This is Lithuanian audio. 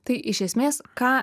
tai iš esmės ką